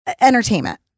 entertainment